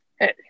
Hey